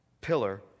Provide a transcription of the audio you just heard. pillar